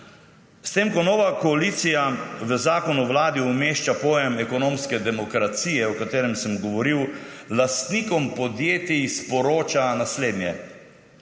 S tem, ko nova koalicija v zakon o vladi umešča pojem ekonomske demokracije, o katerem sem govoril, lastnikom podjetij sporoča naslednje: